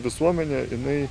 visuomenė jinai